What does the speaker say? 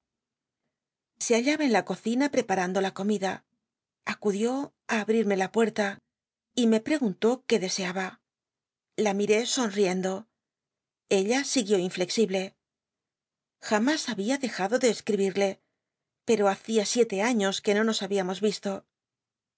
se hallaba en la cocina preparando la comida i abrirme la puerta y me pl'cguntó qué deacudió seaba la miré sonriendo ella siguió inflexible o hacia siete jamás hahia dejado de escribirle pero hacía siete años que no nos habíamos visl